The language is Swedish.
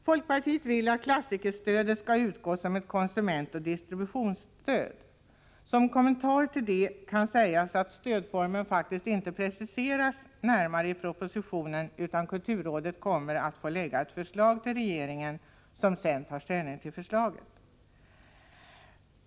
Folkpartiet vill att klassikerstödet skall utgå som ett konsumentoch distributionsstöd. Som kommentar till detta kan sägas att stödformen faktiskt inte närmare preciseras i propositionen, utan kulturrådet skall lägga ett förslag till regeringen, som sedan får ta ställning till det förslaget.